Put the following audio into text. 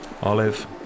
Olive